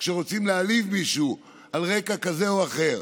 כשרוצים להעליב מישהו על רקע כזה או אחר.